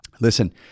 Listen